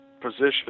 position